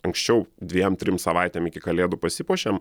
anksčiau dviem trim savaitėm iki kalėdų pasipuošėm